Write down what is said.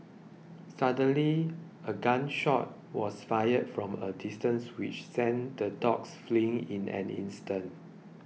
suddenly a gun shot was fired from a distance which sent the dogs fleeing in an instant